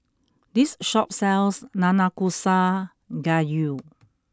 this shop sells Nanakusa Gayu